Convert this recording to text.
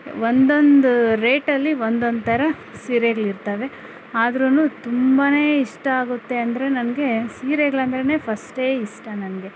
ಒಂದೊಂದು ರೇಟಲ್ಲಿ ಒಂದೊಂದು ಥರ ಸೀರೆಗಳು ಇರ್ತಾವೆ ಆದ್ರೂ ತುಂಬಾನೆ ಇಷ್ಟ ಆಗೋತ್ತೆ ಅಂದರೆ ನನಗೆ ಸೀರೆಗಳಂದ್ರೆನೆ ಫಸ್ಟೇ ಇಷ್ಟ ನನಗೆ